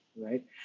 right